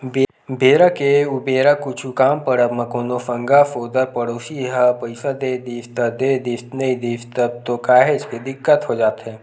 बेरा के उबेरा कुछु काम पड़ब म कोनो संगा सोदर पड़ोसी ह पइसा दे दिस त देदिस नइ दिस तब तो काहेच के दिक्कत हो जाथे